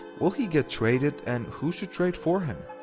will he get traded and who should trade for him?